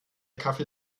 kaffee